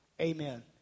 Amen